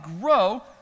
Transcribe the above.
grow